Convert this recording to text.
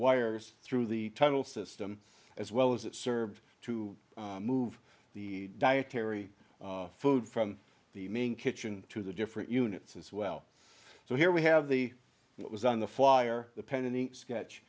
wires through the tunnel system as well as it served to move the dietary food from the main kitchen to the different units as well so here we have the what was on the flyer the pen and ink sketch